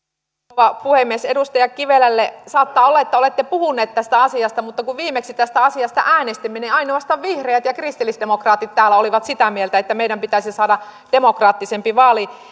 rouva puhemies edustaja kivelälle saattaa olla että olette puhuneet tästä asiasta mutta kun viimeksi tästä asiasta äänestimme niin ainoastaan vihreät ja kristillisdemokraatit täällä olivat sitä mieltä että meidän pitäisi saada demokraattisempi